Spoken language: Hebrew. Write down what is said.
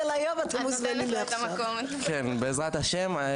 בעזרת השם.